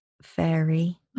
fairy